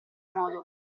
modo